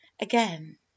again